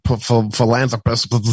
philanthropist